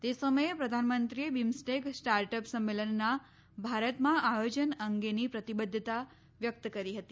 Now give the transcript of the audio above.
તે સમયે પ્રધાનમંત્રીએ બિમ્સટેક સ્ટાર્ટઅપ સંમેલનનાં ભારતમાં આયોજન અંગેની પ્રતિબધ્ધતા વ્યકત કરી હતી